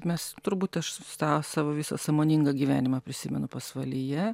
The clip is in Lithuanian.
mes turbūt aš tą savo visą sąmoningą gyvenimą prisimenu pasvalyje